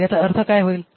तर याचा अर्थ काय होईल